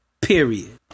period